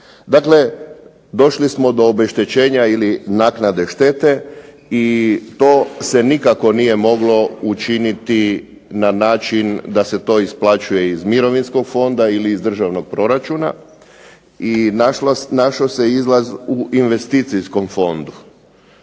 Dakle, došli smo do obeštećenja ili naknade štete i to se nikako nije moglo učiniti na način da se to isplaćuje iz mirovinskog fonda ili iz državnog proračuna i našao se izlaz u investicijskom fondu.